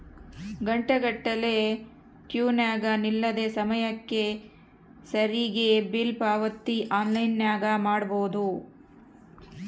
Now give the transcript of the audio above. ಘಂಟೆಗಟ್ಟಲೆ ಕ್ಯೂನಗ ನಿಲ್ಲದೆ ಸಮಯಕ್ಕೆ ಸರಿಗಿ ಬಿಲ್ ಪಾವತಿ ಆನ್ಲೈನ್ನಾಗ ಮಾಡಬೊದು